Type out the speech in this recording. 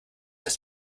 das